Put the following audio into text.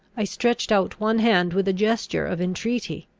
i stretched out one hand with a gesture of entreaty.